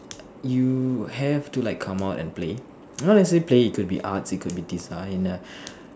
you have to like come out and play not necessarily play it could be arts it could be design a